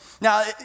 Now